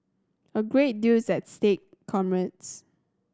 a great deal is at stake comrades